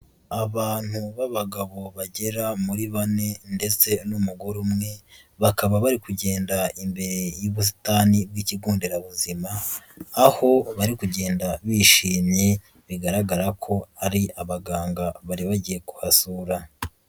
Abantu b'abagabo bagera muri bane ndetse n'umugore umwe bakaba bari kugenda imbere y'ubusitani bw'ikigo nderabuzima, aho bari kugenda bishimye bigaragara ko ari abaganga bari bagiye kuhasura.